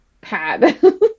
pad